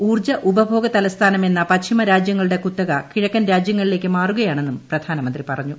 ഉൌർജ്ജ ഉപഭോഗ തലസ്ഥാനമെന്ന പശ്ചിമ രാജ്യങ്ങളുടെ കുത്തക കിഴക്കൻ രാജ്യങ്ങളിലേക്ക് മാറുകയാണെന്നും പ്രധാദ്നുമന്ത്രി പറഞ്ഞു